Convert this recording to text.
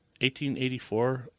1884